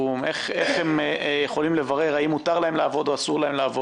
איך הם יכולים לברר אם מותר להם לעבוד או לא.